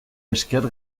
esker